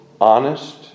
honest